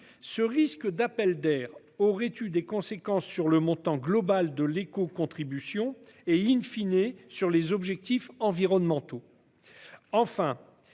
Ce risque d'appel d'air aurait eu des conséquences sur le montant global des écocontributions et sur les objectifs environnementaux.